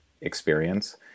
experience